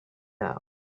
now